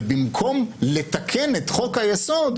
ובמקום לתקן את חוק היסוד,